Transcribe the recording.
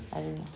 I don't know